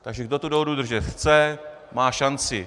Takže kdo dohodu držet chce, má šanci.